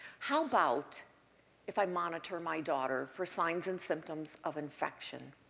how about if i monitor my daughter for signs and symptoms of infection?